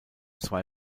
zwei